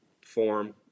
form